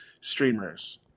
streamers